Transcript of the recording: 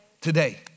Today